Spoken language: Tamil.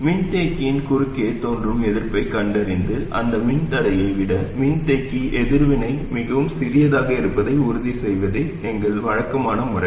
மின்தேக்கியின் குறுக்கே தோன்றும் எதிர்ப்பைக் கண்டறிந்து அந்த மின்தடையத்தை விட மின்தேக்கி எதிர்வினை மிகவும் சிறியதாக இருப்பதை உறுதிசெய்வதே எங்கள் வழக்கமான முறை